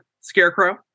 scarecrow